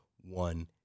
one